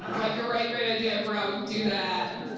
um like you're right, great idea, i forgot we could do that.